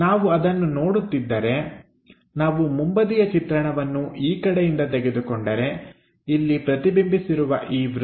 ನಾವು ಅದನ್ನು ನೋಡುತ್ತಿದ್ದರೆ ನಾವು ಮುಂಬದಿಯ ಚಿತ್ರಣವನ್ನು ಈ ಕಡೆಯಿಂದ ತೆಗೆದುಕೊಂಡರೆ ಇಲ್ಲಿ ಪ್ರತಿಬಿಂಬಿಸಿರುವ ಈ ವೃತ್ತ